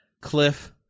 cliff